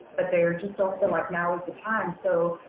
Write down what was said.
but they just don't feel like now is the time. so,